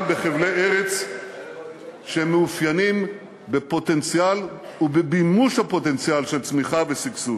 בחבלי ארץ שמאופיינים בפוטנציאל ובמימוש הפוטנציאל של צמיחה ושגשוג.